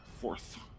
fourth